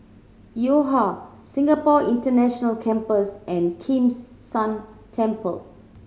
Yo Ha Singapore International Campus and Kims San Temple